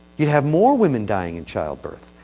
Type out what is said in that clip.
you'd have more women dying in childbirth.